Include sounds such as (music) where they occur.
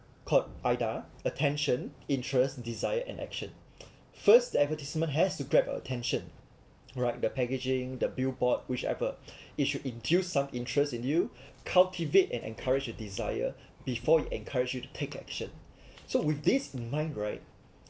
called AIDA attention interest desire and action (noise) first the advertisement has to grab attention right the packaging the billboard whichever (breath) it should induce some interest in you cultivate and encourage your desire before it encourage you to take action (breath) so with this in mind right